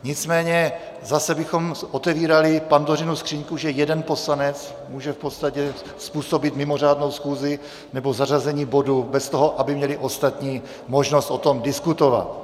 Nicméně zase bychom otevírali Pandořinu skříňku, že jeden poslanec může v podstatě způsobit mimořádnou schůzi nebo zařazení bodu bez toho, aby měli ostatní možnost o tom diskutovat.